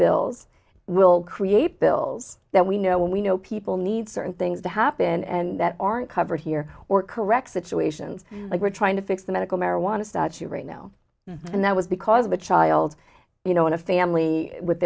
bills will create bills that we know when we know people need certain things to happen and that aren't covered here or correct situations like we're trying to fix the medical marijuana staci right now and that was because of the child you know in a family with